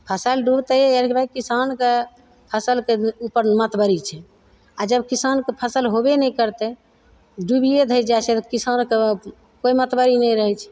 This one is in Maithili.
फसल डूबतय किसानके फसलके उपर छै आओर जब किसानके फसल होबे नहि करतय डूबिये धरि जाइ छै तऽ किसानके कोइ मतबरी नहि रहय छै